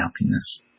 happiness